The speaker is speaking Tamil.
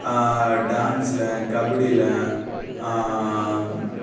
டான்சில் கபடியில்